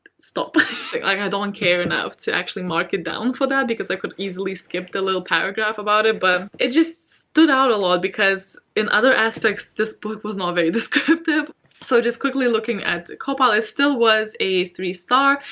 stop like, i don't care enough to actually mark it down for that, because i could easily skip the little paragraph about it, but it just stood out a lot because in other aspects, this book was not very descriptive so, just quickly looking at cawpile, it still was a three star.